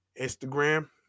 Instagram